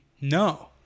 No